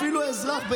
אפילו אזרח,